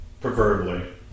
preferably